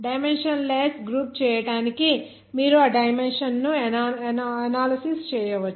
dimension less group గా చేయడానికి మీరు ఆ డైమెన్షన్ ను ఎనాలిసిస్ చేయవచ్చు